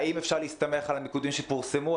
האם אפשר להסתמך על המיקודים שפורסמו?